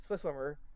Swimmer